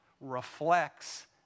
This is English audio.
reflects